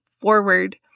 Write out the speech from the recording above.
forward